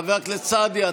חבר הכנסת סעדי,